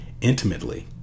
intimately